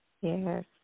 Yes